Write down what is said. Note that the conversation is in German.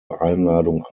einladung